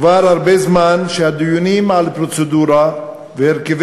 כבר הרבה זמן הדיונים על פרוצדורה והרכבי